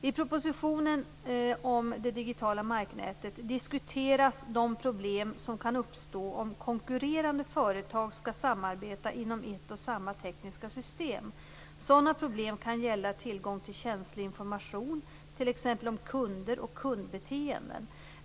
I propositionen om det digitala marknätet diskuteras de problem som kan uppstå om konkurrerande företag skall samarbeta inom ett och samma tekniska system. Sådana problem kan gälla tillgång till känslig information, t.ex. om kunder och kundbeteenden.